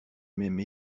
même